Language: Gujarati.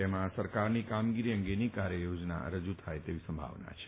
તેમાં સરકારની કામગીરી અંગેની કાર્યયોજના રજૂ થાય તેવી સંભાવના છે